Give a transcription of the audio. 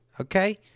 Okay